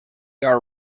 are